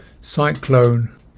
cyclone